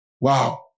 Wow